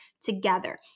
together